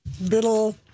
little